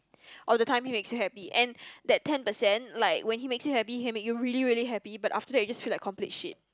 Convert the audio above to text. or the time he makes you happy and that ten percent like when he makes you happy he will make you really really happy but after that you just feel like complete shit